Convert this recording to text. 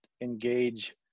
engage